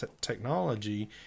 technology